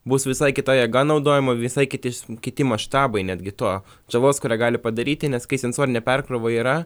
bus visai kita jėga naudojama visai kiti kiti maštabai netgi to žalos kurią gali padaryti nes kai sensorinė perkrova yra